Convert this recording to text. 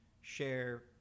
share